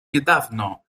niedawno